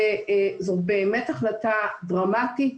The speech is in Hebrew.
זו החלטה דרמטית